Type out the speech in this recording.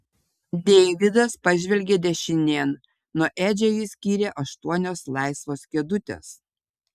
deividas pažvelgė dešinėn nuo edžio jį skyrė aštuonios laisvos kėdutės